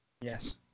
Yes